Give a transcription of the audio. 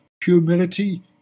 humility